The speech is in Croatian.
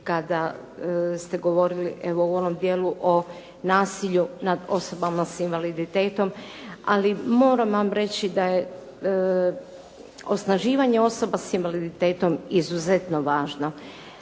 kada ste govorili evo u onom dijelu o nasilju nad osobama sa invaliditetom, ali moram vam reći da je osnaživanje osoba sa invaliditetom izuzetno važno.